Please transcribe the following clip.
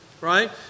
Right